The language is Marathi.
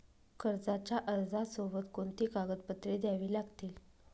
कर्जाच्या अर्जासोबत कोणती कागदपत्रे द्यावी लागतील?